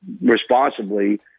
responsibly